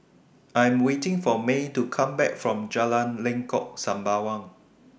I Am waiting For Mae to Come Back from Jalan Lengkok Sembawang